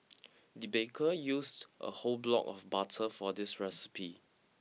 the baker used a whole block of butter for this recipe